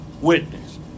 witness